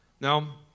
Now